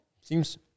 seems